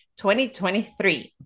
2023